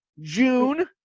june